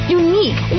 unique